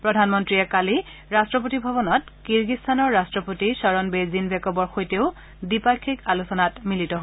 প্ৰধানমন্ত্ৰীয়ে কালি ৰট্টপতি ভৱনত কিৰ্গিস্তানৰ ৰাট্টপতি ছ'ৰ'নবে জিনবেকভৰ সৈতে দ্বিপাক্ষিক আলোচনাত মিলিত হয়